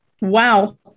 Wow